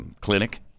clinic